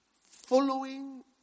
Following